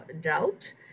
Drought